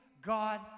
God